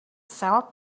sell